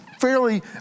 Fairly